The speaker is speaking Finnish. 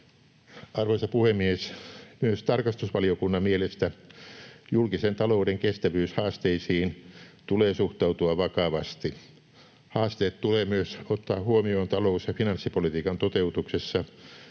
Arvoisa puhemies! Myös tarkastusvaliokunnan mielestä julkisen talouden kestävyyshaasteisiin tulee suhtautua vakavasti. Haasteet tulee ottaa huomioon myös talous- ja finanssipolitiikan toteutuksessa,